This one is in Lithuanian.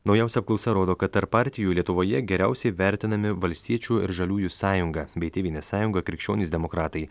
naujausia apklausa rodo kad tarp partijų lietuvoje geriausiai vertinami valstiečių ir žaliųjų sąjunga bei tėvynės sąjunga krikščionys demokratai